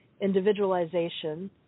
individualization